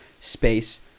space